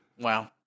Wow